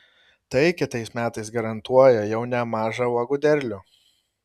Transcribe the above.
tai kitais metais garantuoja jau nemažą uogų derlių